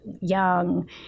young